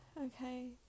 Okay